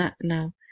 No